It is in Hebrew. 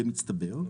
במצטבר,